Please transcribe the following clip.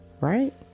right